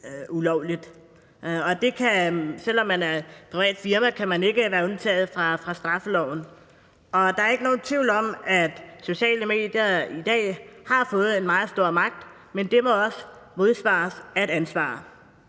ulovligt. Og selv om man er et privat firma, kan man ikke være undtaget fra straffeloven. Der er ikke nogen tvivl om, at sociale medier i dag har fået en meget stor magt, men det må også modsvares af et ansvar.